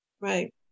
Right